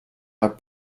are